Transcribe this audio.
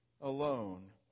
alone